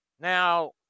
Now